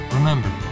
Remember